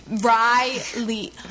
Riley